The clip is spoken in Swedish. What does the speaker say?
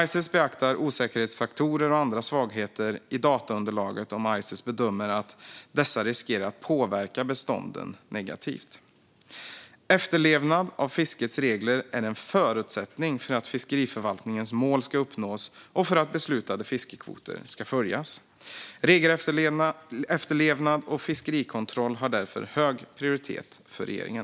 ICES beaktar osäkerhetsfaktorer och andra svagheter i dataunderlaget om ICES bedömer att dessa riskerar att påverka bestånden negativt. Efterlevnad av fiskets regler är en förutsättning för att fiskeriförvaltningens mål ska uppnås och för att beslutade fiskekvoter ska följas. Regelefterlevnad och fiskerikontroll har därför hög prioritet för regeringen.